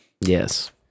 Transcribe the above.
Yes